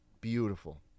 Beautiful